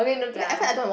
ya